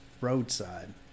roadside